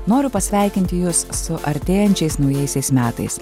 noriu pasveikinti jus su artėjančiais naujaisiais metais